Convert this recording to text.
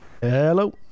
hello